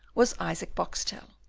was isaac boxtel,